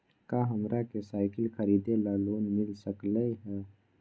का हमरा के साईकिल खरीदे ला लोन मिल सकलई ह?